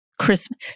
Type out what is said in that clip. Christmas